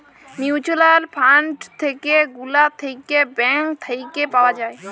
mutual fund যে গুলা থাক্যে ব্যাঙ্ক থাক্যে পাওয়া যায়